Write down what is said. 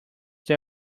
they